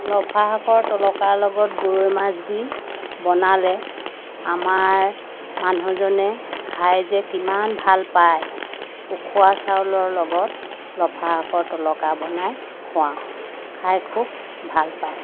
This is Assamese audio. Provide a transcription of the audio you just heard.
লফা শাকৰ তলকাৰ লগত গৰৈ মাছ দি বনালে আমাৰ মানুহজনে খাই যে কিমান ভাল পায় উখোৱা চাউলৰ লগত লফা শাকৰ তলকা বনাই খোৱাওঁ খাই খুব ভাল পায়